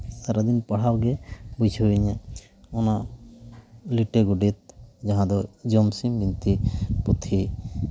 ᱥᱟᱨᱟᱫᱤᱱ ᱯᱟᱲᱦᱟᱣ ᱜᱮ ᱵᱩᱡᱷᱟᱹᱣ ᱤᱧᱟᱹ ᱱᱚᱣᱟ ᱞᱤᱴᱟᱹ ᱜᱳᱰᱮᱛ ᱡᱟᱦᱟᱸ ᱫᱚ ᱡᱚᱢᱥᱤᱢ ᱵᱤᱱᱛᱤ ᱯᱩᱛᱷᱤ